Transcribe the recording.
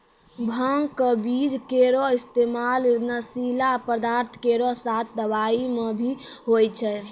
भांग क बीज केरो इस्तेमाल नशीला पदार्थ केरो साथ दवाई म भी होय छै